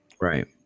Right